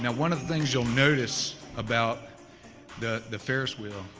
and one of the things you will notice about the the ferris wheel,